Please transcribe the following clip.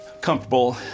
comfortable